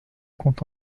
compte